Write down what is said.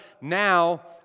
Now